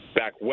back